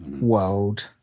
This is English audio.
world